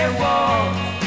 walls